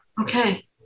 okay